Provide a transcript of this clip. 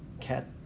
cat